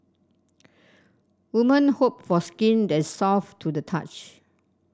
woman hope for skin that is soft to the touch